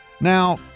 Now